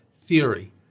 theory